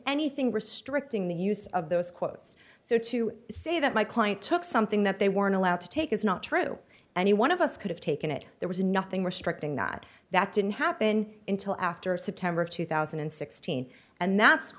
anything restricting the use of those quotes so to say that my client took something that they weren't allowed to take is not true any one of us could have taken it there was nothing restricting that that didn't happen until after september of two thousand and sixteen and that's